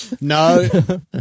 No